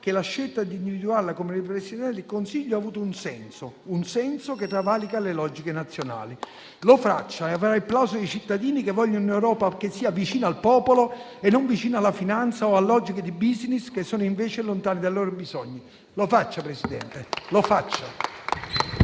che la scelta di individuarla come Presidente del Consiglio ha avuto un senso, che travalica le logiche nazionali. Lo faccia e avrà il plauso dei cittadini che vogliono un'Europa che sia vicina al popolo e non vicina alla finanza o a logiche di *business* che sono invece lontane dai loro bisogni. Lo faccia, Presidente, lo faccia.